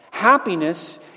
Happiness